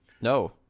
No